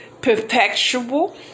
Perpetual